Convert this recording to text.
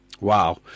Wow